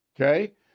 Okay